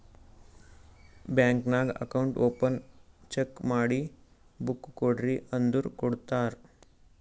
bank ನಾಗ್ account open check ಮಾಡಿ book ಕೊಡ್ರಿ ಅಂದುರ್ ಕೊಡ್ತಾರ್